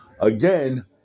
Again